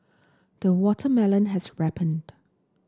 the watermelon has ripened